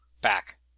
back